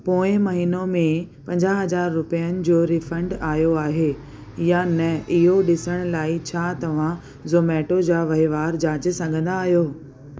पोएं महीनो में पंजाह हज़ार रुपियनि जो रीफंड आयो आहे या न इहो ॾिसण लाइ छा तव्हां ज़ोमेटो जा वहिंवार जाचे सघंदा आहियो